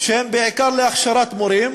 שהם בעיקר להכשרת מורים,